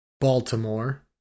Baltimore